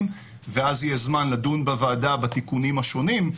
ואז יהיה זמן לדון בוועדה בתיקונים השונים.